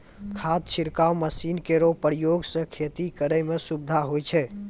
खाद छिड़काव मसीन केरो उपयोग सँ खेती करै म सुबिधा होय छै